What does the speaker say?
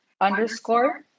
underscore